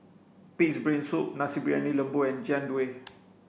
Pig's brain soup Nasi Briyani Lembu and Jian Dui